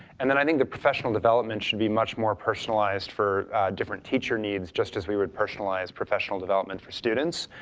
and then i think the professional development should be much more personalized for different teacher needs, just as we would personalize professional development for students,